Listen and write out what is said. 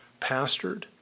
pastored